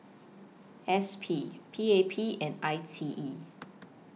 S P P A P and I T E